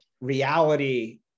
reality